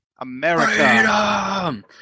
America